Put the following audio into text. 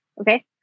Okay